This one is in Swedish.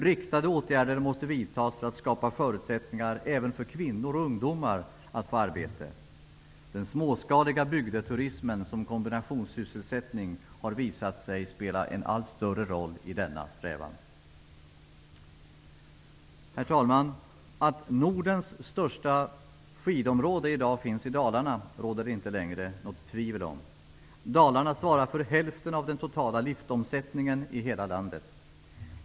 Riktade åtgärder måste vidtas för att skapa förutsättningar även för kvinnor och ungdomar att få arbete. Den småskaliga bygdeturismen som kombinationssysselsättning har visat sig spela en allt större roll i denna strävan. Herr talman! Att Nordens största skidområde i dag finns i Dalarna råder det inte längre något tvivel om. Dalarna svarar för hälften av den totala liftomsättningen i hela landet.